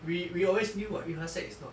we we always knew [what] yu hua sec is not